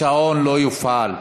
השעון לא יופעל.